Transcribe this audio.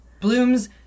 Bloom's